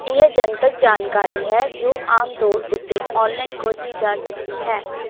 ਇਹ ਜਨਤਕ ਜਾਣਕਾਰੀ ਹੈ ਜੋ ਆਮ ਤੌਰ ਉੱਤੇ ਔਨਲਾਈਨ ਖੋਜੀ ਜਾ ਸਕਦੀ ਹੈ